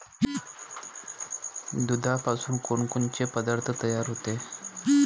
दुधापासून कोनकोनचे पदार्थ तयार होते?